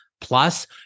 Plus